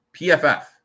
PFF